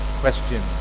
question